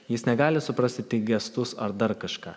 jis negali suprasti tik gestus ar dar kažką